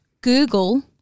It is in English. google